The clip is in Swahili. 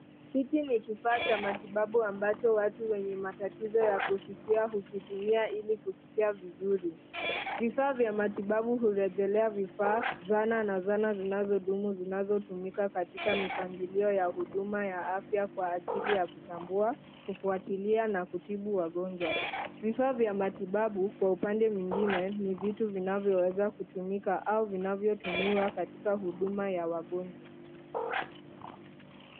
Hiki ni kifaa cha matibabu ambacho watu wenye matatizo ya kusikia hukitumia ili kusikia vizuri. Vifaa vya matibabu hurejelea vifaa zana na zana zinazo dumu zinazotumika katika mipangilio ya huduma ya afya kwa ajili ya kutambua, kufuatilia na kutibu wagonjwa vifaa vya matibabu kwa upande mwingine ni vitu vinvyoweza kutumika au vinavyotumiwa katika huduma ya wagonjwa.